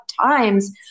times